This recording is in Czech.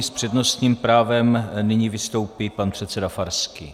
S přednostním právem nyní vystoupí pan předseda Farský.